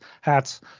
hats